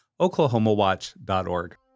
OklahomaWatch.org